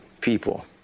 people